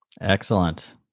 Excellent